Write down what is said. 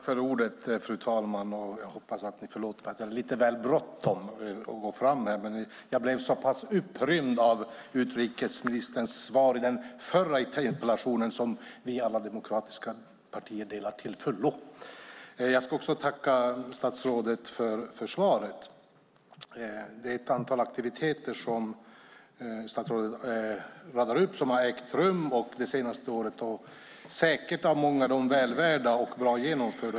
Fru talman! Först vill jag säga att jag blev så upprymd av utrikesministerns svar på den förra interpellationen som vi alla demokratiska partier delar till fullo. Jag ska också tacka statsrådet för svaret på min interpellation. Det är ett antal aktiviteter som statsrådet radar upp som har ägt rum det senaste året, och säkert är många av dem väl värda och bra genomförda.